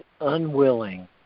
unwilling